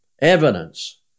evidence